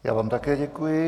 Já vám také děkuji.